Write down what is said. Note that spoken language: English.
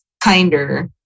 kinder